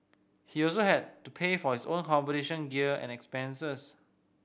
he also had to pay for his own competition gear and expenses